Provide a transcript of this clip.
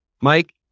Mike